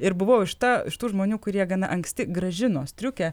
ir buvau iš ta iš tų žmonių kurie gana anksti grąžino striukę